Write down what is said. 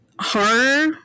horror